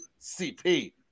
CP